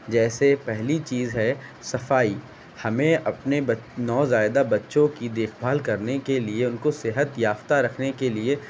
جیسے پہلی چیز ہے صفائی ہمیں اپنے نوزائیدہ بچوں کی دیکھ بھال کرنے کے لیے ان کو صحت یافتہ رکھنے کے لیے